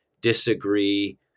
disagree